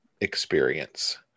experience